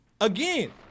Again